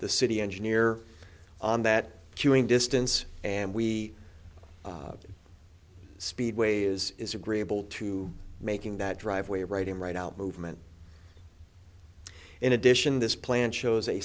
the city engineer on that chewing distance and we speedway is is agreeable to making that driveway writing right out movement in addition this plan shows a